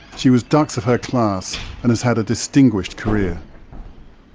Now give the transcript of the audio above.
she was dux of her class and has had a distinguished career.